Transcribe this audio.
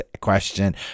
question